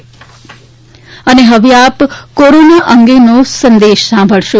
corona appeal હવે આપ corona અંગેનો સંદેશ સાંભળશો